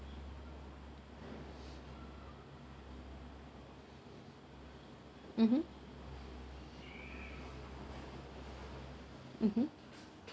mmhmm mmhmm